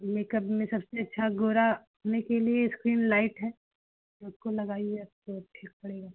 makeup में सबसे अच्छा गोरा होने के लिए स्क्रीन लाइट है उसको लगाइए आप थोड़ा ठीक पड़ेगा